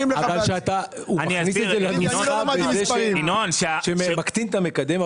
הוא מכניס את זה לנוסחה בזה שהוא מקטין את המקדם,